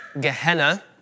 Gehenna